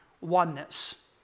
oneness